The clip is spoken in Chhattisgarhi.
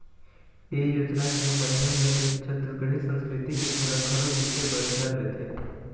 ए योजना के माधियम ले छत्तीसगढ़ी संस्कृति के झलक घलोक दिखे बर धर लेथे